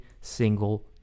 single